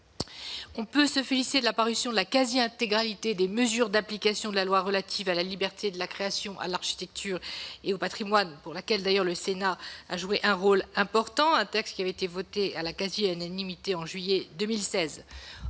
nous félicitons de la parution de la quasi-intégralité des mesures d'application de la loi relative à la liberté de la création, à l'architecture et au patrimoine, pour laquelle le Sénat a joué un rôle important- le texte avait été voté pratiquement à l'unanimité en juillet 2016.